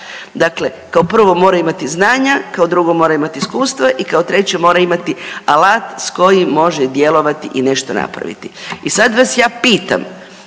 Dakle, kao prvo mora imati znanja. Kao drugo mora imati iskustva i kao treće mora imati alat s kojim može djelovati i nešto napraviti. I sada vas ja pitam,